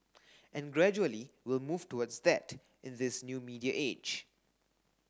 and gradually we'll move towards that in this new media age